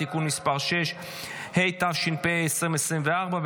התשפ"ה 2024,